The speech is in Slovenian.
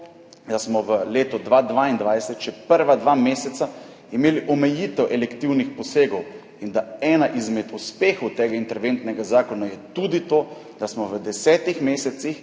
da smo v letu 2022 še prva dva meseca imeli omejitev elektivnih posegov in da je eden izmed uspehov tega interventnega zakona tudi to, da smo v 10 mesecih